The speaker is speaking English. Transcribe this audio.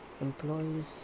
employees